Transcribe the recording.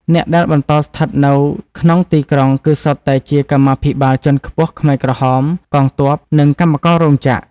អ្នកដែលបន្តស្ថិតនៅក្នុងទីក្រុងគឺសុទ្ធតែជាកម្មាភិបាលជាន់ខ្ពស់ខ្មែរក្រហម កងទ័ព និងកម្មកររោងចក្រ។